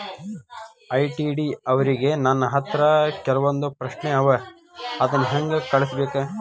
ITD ಅವ್ರಿಗೆ ನನ್ ಹತ್ರ ಕೆಲ್ವೊಂದ್ ಪ್ರಶ್ನೆ ಅವ ಅದನ್ನ ಹೆಂಗ್ ಕಳ್ಸ್ಬೇಕ್?